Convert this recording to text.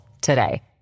today